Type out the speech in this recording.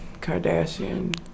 Kardashian